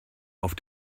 auf